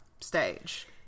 stage